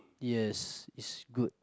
yes it's good